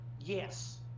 Yes